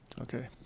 okay